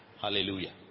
hallelujah